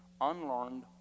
unlearned